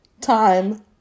time